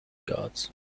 guards